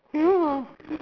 you know